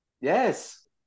Yes